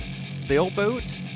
sailboat